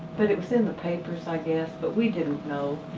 but it was in the papers i guess but we didn't know.